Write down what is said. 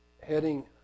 heading